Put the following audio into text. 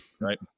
Right